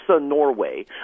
Norway